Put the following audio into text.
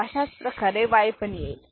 अशाच प्रकारे Y पण येईल